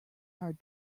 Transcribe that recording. hard